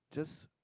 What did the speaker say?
just